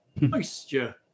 moisture